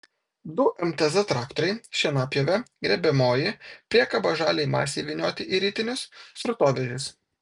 du mtz traktoriai šienapjovė grėbiamoji priekaba žaliai masei vynioti į ritinius srutovežis